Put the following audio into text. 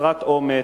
חסרת אומץ.